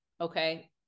okay